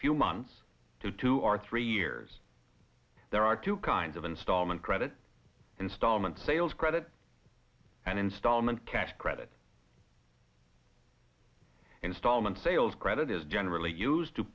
few months to two or three years there are two kinds of installment credit installment sales credit and installment cash credit installment sales credit is generally used to